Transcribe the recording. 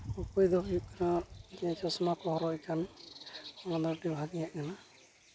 ᱩᱯᱟᱹᱭ ᱫᱚ ᱦᱩᱭᱩᱜ ᱠᱟᱱᱟ ᱪᱚᱥᱢᱟ ᱠᱚ ᱦᱚᱨᱚᱜᱮᱫ ᱠᱟᱱ ᱚᱱᱟᱛᱮ ᱵᱷᱟᱜᱮᱭᱟᱜ ᱠᱟᱱᱟ